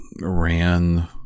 ran